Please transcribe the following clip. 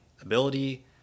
ability